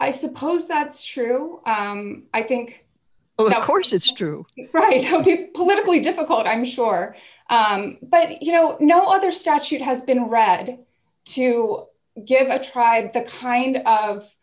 i suppose that's true i think well of course it's true right politically difficult i'm sure but you know no other statute has been read to give a tribe the kind of